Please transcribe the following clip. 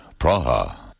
Praha